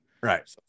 Right